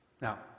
Now